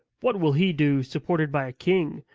what will he do supported by a king,